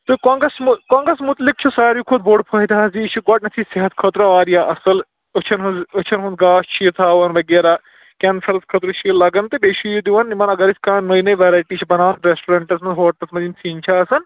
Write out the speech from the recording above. تہٕ کۄنٛگَس مَہ کۄنٛگَس مُتعلِق چھُ ساروی کھۄتہٕ بوٚڑ فٲیدٕ حظ یہِ یہِ چھِ گۄڈٕنٮ۪تھٕے صحتہٕ خٲطرٕ واریاہ اَصٕل أچھَن ہٕنٛز أچھَن ہُنٛد گاش چھِ یہِ تھاوان وغیرہ کٮ۪نسَرَس خٲطرٕ چھِ یہِ لَگان تہٕ بیٚیہِ چھِ یہِ دِوان یِمَن اَگر أسۍ کانٛہہ نٔوۍ نٔوۍ وٮ۪رایٹی چھِ بَناوان رٮ۪سٹورٮ۪نٛٹَس منٛز ہوٹلَس منٛز یِم سِنۍ چھِ آسان